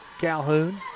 Calhoun